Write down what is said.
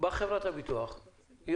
אני